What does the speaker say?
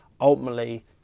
ultimately